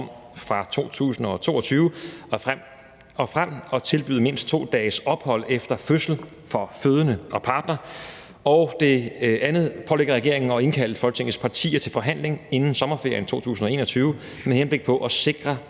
fra 2022 og frem at tilbyde mindst to dages ophold efter fødsel for fødende og partner, og det andet pålægger regeringen at indkalde Folketingets partier til forhandling inden sommerferien 2021 med henblik på at sikre